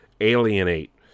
alienate